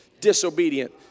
disobedient